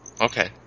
Okay